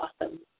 awesome